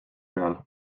peal